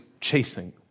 chasing